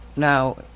Now